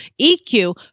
EQ